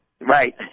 Right